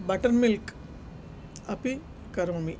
butter milk अपि करोमि